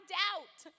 doubt